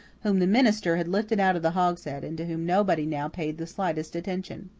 whom the minister had lifted out of the hogshead and to whom nobody now paid the slightest attention.